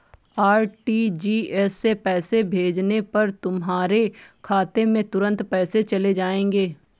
RTGS से पैसे भेजने पर तुम्हारे खाते में तुरंत पैसे चले जाएंगे